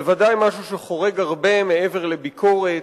בוודאי משהו שחורג הרבה מעבר לביקורת,